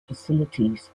facilities